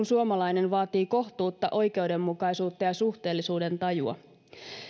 suomalainen vaatii kohtuutta oikeudenmukaisuutta ja suhteellisuudentajua